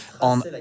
on